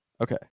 Okay